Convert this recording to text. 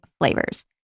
flavors